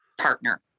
partner